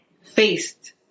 faced